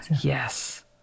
yes